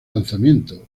lanzamientos